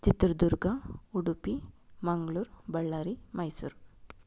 Chitradurga Udupi Mangaluru Ballari Mysuru